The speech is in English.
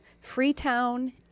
Freetown